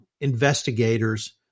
investigators